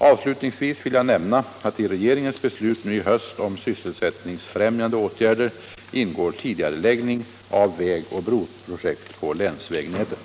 Avslutningsvis vill jag nämna att i regeringens beslut nu i höst om sysselsättningsfrämjande åtgärder ingår tidigareläggning av vägoch broprojekt på länsvägnätet.